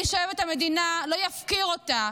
מי שאוהב את המדינה לא יפקיר אותה,